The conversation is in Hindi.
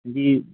जी